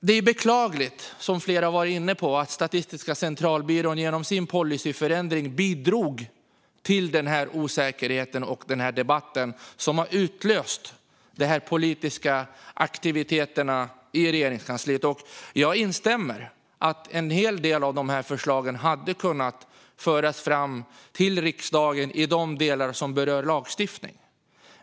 Det är beklagligt, som flera varit inne på, att Statistiska centralbyrån genom sin policyändring har bidragit till den osäkerhet och den debatt som har utlöst de här politiska aktiviteterna i Regeringskansliet. Jag instämmer i att en hel del av de här förslagen hade kunnat föras fram till riksdagen i de delar som berör lagstiftning.